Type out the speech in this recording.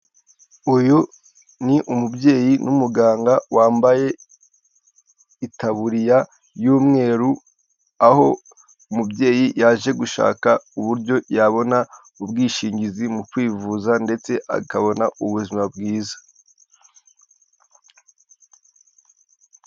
Uyu ni umubyeyi n'umuganga wambaye itaburiya y'umweru aho umubyeyi yaje gushaka uburyo yabona ubwishingizi mu kwivuza ndetse akabona ubuzima bwiza.